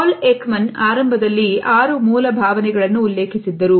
ಪಾಲಕ್ ಮನ್ನಾ ಆರಂಭದಲ್ಲಿ 6 ಮೂಲ ಭಾವನೆಗಳನ್ನು ಉಲ್ಲೇಖಿಸಿದ್ದರು